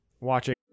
watching